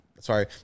Sorry